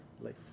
life